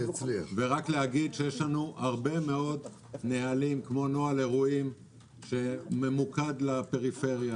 אני רוצה להגיד שיש לנו הרבה נהלים כמו נוהל אירועים שממוקד בפריפריה